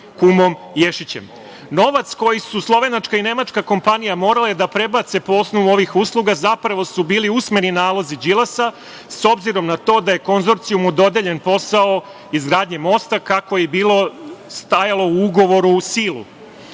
kumom Ješićem. Novac koji su slovenačka i nemačka kompanija morale da prebace po osnovu ovih usluga zapravo su bili usmereni nalozi Đilasa, s obzirom na to da je konzorcijumu dodeljen posao izgradnje mosta kako je stajalo u ugovoru u